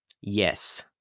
yes